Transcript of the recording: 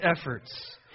efforts